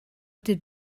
did